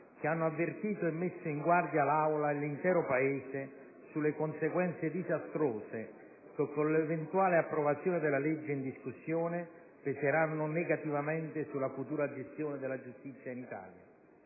che hanno avvertito e messo in guardia l'Aula, e l'intero Paese, sulle conseguenze disastrose che, con l'eventuale approvazione della legge in discussione, peseranno negativamente sulla futura gestione della giustizia in Italia.